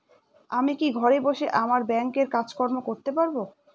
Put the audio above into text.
আমি কি ঘরে বসে আমার ব্যাংকের কাজকর্ম করতে পারব?